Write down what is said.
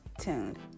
tuned